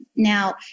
Now